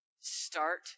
Start